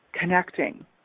connecting